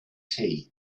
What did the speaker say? tea